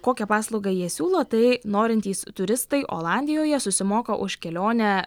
kokią paslaugą jie siūlo tai norintys turistai olandijoje susimoka už kelionę